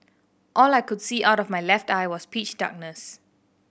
all I could see out of my left eye was pitch darkness